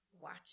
watch